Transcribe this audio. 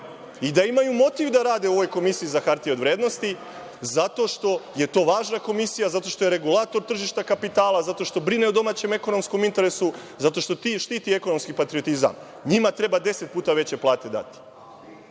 i da imaju motiv da rade u ovoj Komisiji za hartije od vrednosti, zato što je to važna komisija, zato što je regulator tržišta kapitala, zato što brine o domaćem ekonomskom interesu, zato što štiti ekonomski patriotizam. NJima treba 10 puta veće plate dati. Ali,